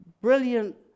brilliant